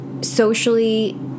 Socially